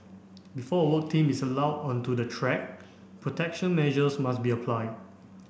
before a work team is allowed onto the track protection measures must be applied